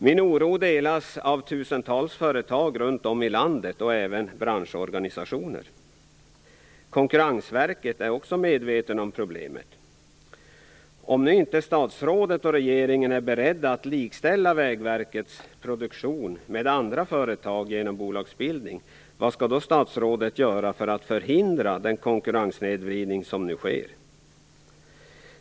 Min oro delas av tusentals företag runt om i landet. Branschorganisationer och även Konkurrensverket är medvetna om problemet. Om nu inte statsrådet och regeringen är beredda att likställa Vägverkets produktion med andra företag genom bolagsbildning, vad skall då statsrådet göra för att förhindra den konkurrenssnedvridning som nu sker?